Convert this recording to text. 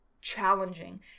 challenging